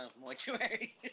Mortuary